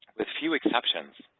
with few exceptions,